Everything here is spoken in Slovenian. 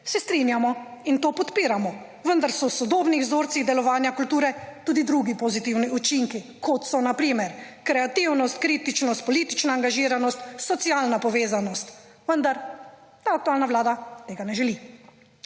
Se strinjamo in to podpiramo. Vendar so v sodobnih vzorcih delovanja kulture tudi drugi pozitivni učinki kot so na primer kreativnost, kritičnost, politična angažiranost, socialna povezanost, vendar ta aktualna Vlada tega ne želi.